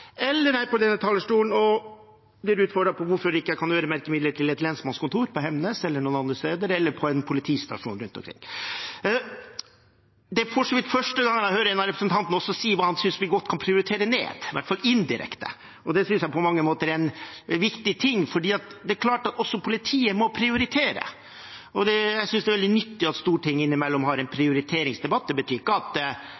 eller jeg er på denne talerstolen og blir utfordret på hvorfor jeg ikke kan øremerke midler til et lensmannskontor på Hemnes eller andre steder eller en politistasjon rundt omkring. Det er for så vidt første gang jeg hører en av representantene si hva han synes vi godt kan prioritere ned, i hvert fall indirekte. Det synes jeg på mange måter er en viktig ting, for det er klart at også politiet må prioritere. Og jeg synes det er veldig nyttig at Stortinget innimellom har en